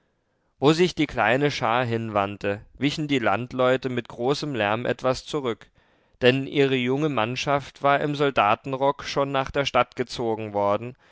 wo sich die kleine schar hinwandte wichen die landleute mit großem lärm etwas zurück denn ihre junge mannschaft war im soldatenrock schon nach der stadt gezogen worden